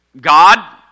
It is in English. God